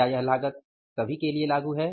क्या यह लागत सभी के लिए लागू है